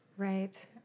Right